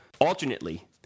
Alternately